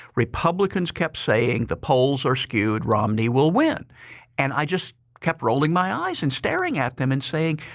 republicans kept saying the polls are skewed. romney will win and i just kept rolling my eyes and staring at them and saying,